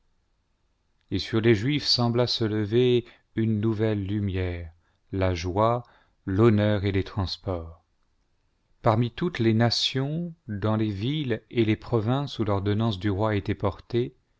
et sur les juifs sembla se lever rne nouvelle lumière la joie l'honneur et les transports parmi toutes les nations dans les villes et les provinces où l'ordonnance du roi était portée